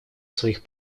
своих